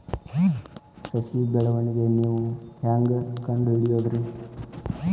ಸಸಿ ಬೆಳವಣಿಗೆ ನೇವು ಹ್ಯಾಂಗ ಕಂಡುಹಿಡಿಯೋದರಿ?